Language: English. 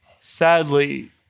sadly